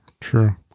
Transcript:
True